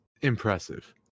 impressive